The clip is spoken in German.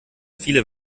viele